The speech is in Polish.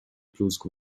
plusk